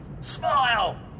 Smile